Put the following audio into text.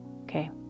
Okay